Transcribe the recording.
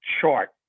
chart